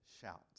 shout